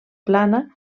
plana